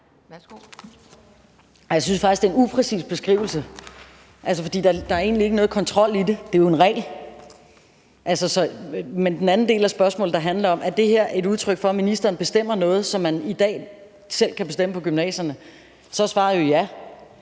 Jeg synes faktisk, at det er en upræcis beskrivelse, for der er egentlig ikke noget kontrol i det. Det er jo en regel. Men til den anden del af spørgsmålet, der handler om, om det her er et udtryk for, at ministeren bestemmer noget, som man i dag selv kan bestemme på gymnasierne, er svaret jo ja.